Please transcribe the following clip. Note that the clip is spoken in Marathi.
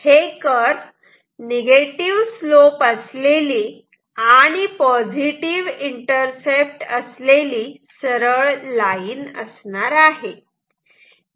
तर हे निगेटिव स्लोप असलेली आणि पॉझिटिव्ह इंटरसेप्ट असलेली सरळ लाईन असणार आहे